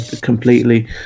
completely